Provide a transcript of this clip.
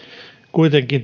kuitenkin